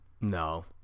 No